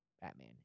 Batman